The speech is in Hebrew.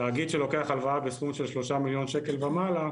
תאגיד שלוקח הלוואה של שלושה מיליון ₪ ומעלה,